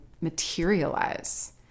materialize